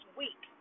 week